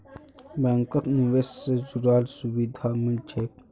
बैंकत निवेश से जुराल सुभिधा मिल छेक